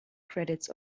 credits